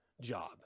job